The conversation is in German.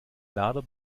lader